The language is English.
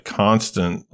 constant